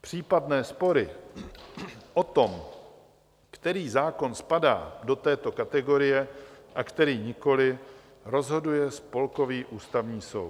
Případné spory o tom, který zákon spadá do této kategorie a který nikoli, rozhoduje Spolkový ústavní soud.